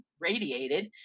radiated